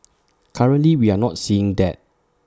currently we are not seeing that